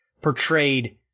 portrayed